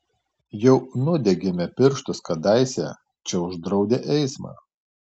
jau nudegėme pirštus kadaise čia uždraudę eismą